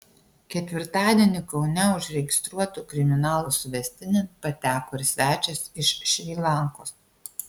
ketvirtadienį kaune užregistruotų kriminalų suvestinėn pateko ir svečias iš šri lankos